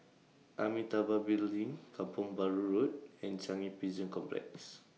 Amitabha Building Kampong Bahru Road and Changi Prison Complex